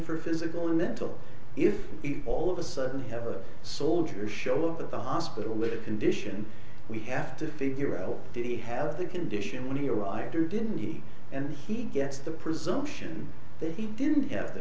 for physical or mental if all of a sudden have a soldier show up at the hospital with a condition we have to figure out did he have the condition when he arrived or didn't he and he gets the presumption that he didn't have the